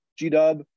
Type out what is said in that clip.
G-Dub